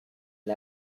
and